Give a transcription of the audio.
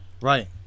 right